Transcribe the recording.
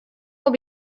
will